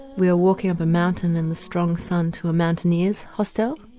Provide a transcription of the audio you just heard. we are walking up a mountain in the strong sun to a mountaineer's hostel,